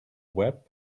web